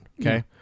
okay